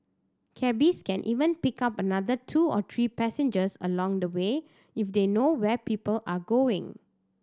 cabbies can even pick up another two to three passengers along the way if they know where people are going